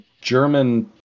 German